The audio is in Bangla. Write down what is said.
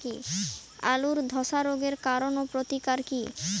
আলুর ধসা রোগের কারণ ও প্রতিকার কি?